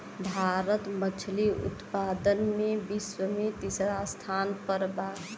भारत मछली उतपादन में विश्व में तिसरा स्थान पर बा